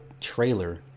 trailer